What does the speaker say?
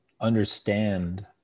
understand